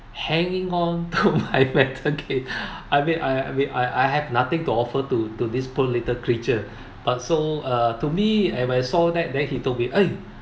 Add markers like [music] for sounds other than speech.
hanging on to [laughs] my metal gate I mean I I mean I I have nothing to offer to to this poor little creature but so uh to me when I saw that then he told me eh